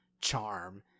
charm